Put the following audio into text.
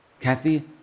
Kathy